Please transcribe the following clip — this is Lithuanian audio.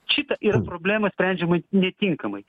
šita yra problema sprendžiama netinkamai